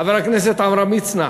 חבר הכנסת עמרם מצנע,